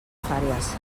fàries